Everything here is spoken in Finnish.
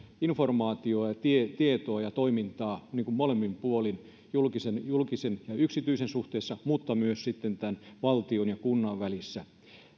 informaatiota ja tietoa ja toimintaa molemmin puolin julkisen julkisen ja yksityisen suhteessa mutta myös sitten valtion ja kunnan välissä